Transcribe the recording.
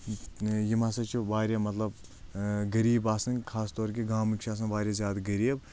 یِم ہسا چھِ واریاہ مطلب غریٖب آسان خاص طور کہِ گامٕکۍ چھِ آسان واریاہ زیادٕ غریٖب